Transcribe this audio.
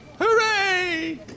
Hooray